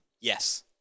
Yes